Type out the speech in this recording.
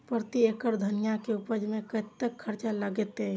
प्रति एकड़ धनिया के उपज में कतेक खर्चा लगते?